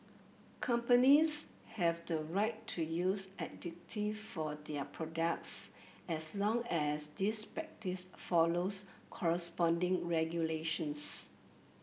companies have the right to use additive for their products as long as this practice follows corresponding regulations